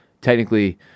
Technically